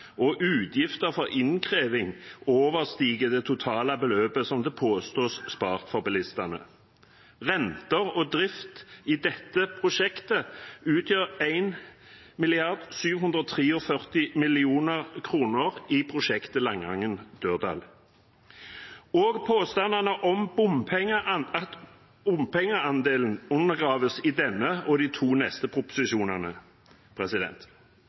og utgifter for innkreving overstiger det totale beløpet som det påstås er spart for bilistene. Renter og drift i dette prosjektet, Langangen–Dørdal, utgjør 1,743 mrd. kr, og påstandene om bompengeandelen undergraves i denne og de to neste proposisjonene.